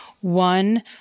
one